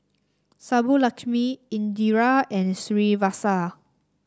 Subbulakshmi Indira and Srinivasa